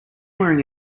wearing